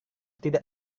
tidak